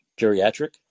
Geriatric